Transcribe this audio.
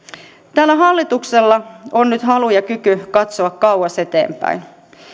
tällä hallituksella on nyt halu ja kyky katsoa kauas eteenpäin